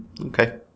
Okay